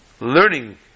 learning